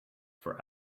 for